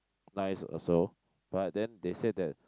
nice also but then they said that